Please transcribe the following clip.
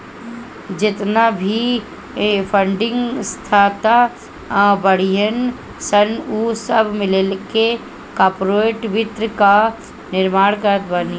जेतना भी फंडिंग संस्था बाड़ीन सन उ सब मिलके कार्पोरेट वित्त कअ निर्माण करत बानी